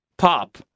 Pop